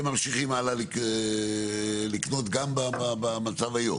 הם ממשיכים הלאה לקנות גם במצב היום.